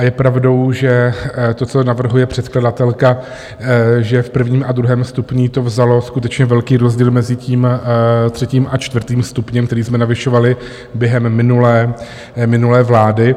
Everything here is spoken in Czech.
Je pravdou, že to, co navrhuje předkladatelka, že v prvním a druhém stupni to vzalo skutečně velký rozdíl mezi třetím a čtvrtým stupněm, který jsme navyšovali během minulé vlády.